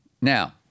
Now